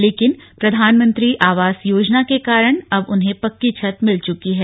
लेकिन प्रधानमंत्री आवास योजना के कारण अब उन्हें पक्की छत मिल चुकी है